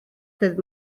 dydd